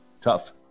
Tough